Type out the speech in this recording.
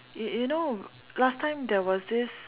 you you know last time there was this